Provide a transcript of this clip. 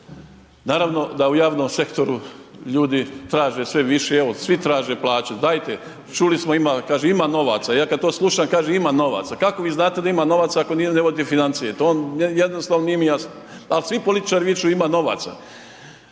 naravno da u javnom sektoru ljudi traže sve više i evo, svi traže plaće, dajte, čuli smo ima, kaže ima novaca. Ja kada to slušam kaže ima novaca. Kako vi znate da ima novaca ako ne vodite financije, to jednostavno nije mi jasno. Ali svi političari viču ima novaca.